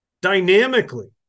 dynamically